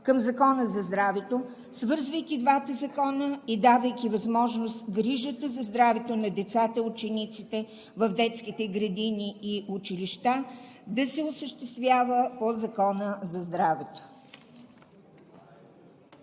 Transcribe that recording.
към Закона за здравето, свързвайки двата закона и давайки възможност грижите за здравето на децата и учениците в детските градини и училищата да се осъществява от Закона за здравето.